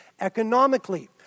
economically